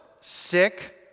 sick